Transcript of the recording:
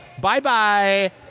Bye-bye